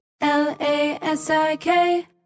L-A-S-I-K